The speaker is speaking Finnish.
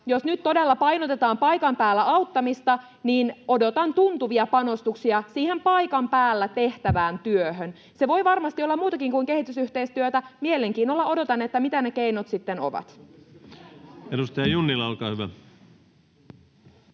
Jos nyt todella painotetaan paikan päällä auttamista, niin odotan tuntuvia panostuksia siihen paikan päällä tehtävään työhön. Se voi varmasti olla muutakin kuin kehitysyhteistyötä. Mielenkiinnolla odotan, mitä ne keinot sitten ovat. Edustaja Junnila, olkaa hyvä.